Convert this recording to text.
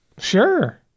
Sure